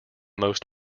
most